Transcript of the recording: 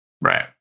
right